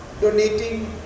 donating